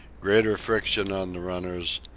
greater friction on the runners,